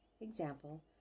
example